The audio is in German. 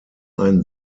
ein